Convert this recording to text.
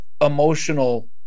emotional